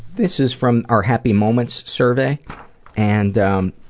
this is from our happy moments survey and um.